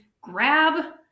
grab